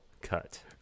cut